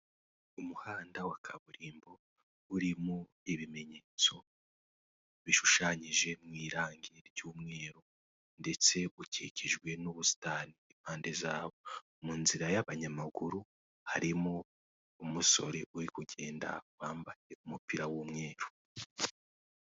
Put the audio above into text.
Umuhanda wa kaburimbo urimo ibimenyetso bishushanyije mu irangi ry'umweru, ndetse ukikijwe n'ubusitani impande zawo, mu nzira y'abanyamaguru harimo umusore uri kugenda wambaye umupira w'umweru.